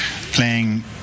playing